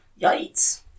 Yikes